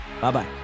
bye-bye